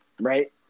right